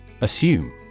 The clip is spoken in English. Assume